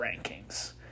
rankings